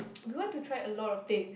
we want to try a lot of things